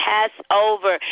Passover